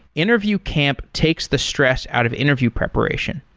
interview camp takes the stress out of interview preparation.